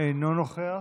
אינו נוכח.